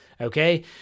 Okay